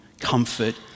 comfort